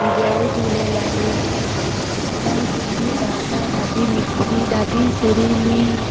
जय झूलेलाल असांजी सिंधी भाषा ॾाढी मिठी ॾाढी सुरीली